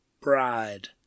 bride